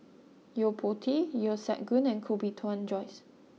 Yo Po Tee Yeo Siak Goon and Koh Bee Tuan Joyce